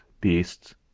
beasts